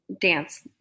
dance